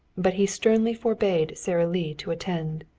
but he sternly forbade sara lee to attend.